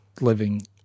living